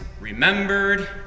remembered